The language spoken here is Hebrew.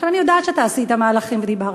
אני יודעת שאתה עשית מהלכים ודיברת.